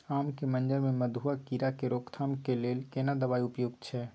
आम के मंजर में मधुआ कीरा के रोकथाम के लेल केना दवाई उपयुक्त छै?